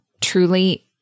truly